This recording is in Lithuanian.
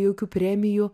jokių premijų